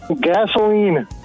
Gasoline